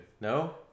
No